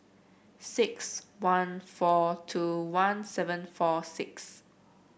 six one four two one seven four six